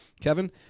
Kevin